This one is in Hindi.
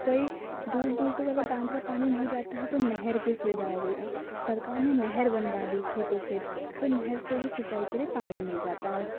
कई दूर दूर तक अगर बांध का पानी नहीं जाता है तो नहर की सुविधा हो गई है सरकार ने नहर बनवा दी खेतों के तो नहर से भी सिंचाई के लिए पानी मिल जाता है